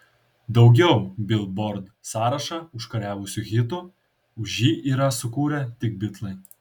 daugiau bilbord sąrašą užkariavusių hitų už jį yra sukūrę tik bitlai